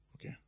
Okay